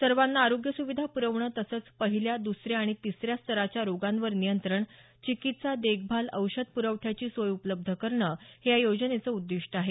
सर्वांना आरोग्य सूविधा प्रवणं तसंच पहिल्या दुसऱ्या आणि तिसऱ्या स्तराच्या रोगांवर नियंत्रण चिकित्सा देखभाल औषध प्रवठ्याची सोय उपलब्ध करणं हे या योजनेचं उद्दिष्ट आहे